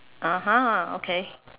(uh huh) okay